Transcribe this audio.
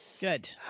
Good